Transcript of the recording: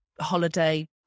holiday